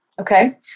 Okay